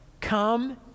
Come